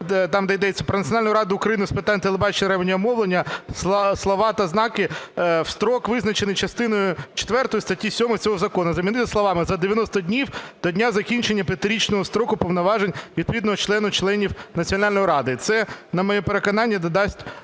там, де йдеться про Національну раду України з питань телебачення, радіомовлення слова та знаки "в строк, визначений частиною четвертою статті 7 цього закону" замінити словами "за 90 днів до дня закінчення 5-річного строку повноважень відповідного члена (членів) Національної ради". Це, на моє переконання, додасть